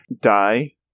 Die